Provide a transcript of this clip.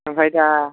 ओमफ्राय दा